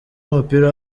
w’umupira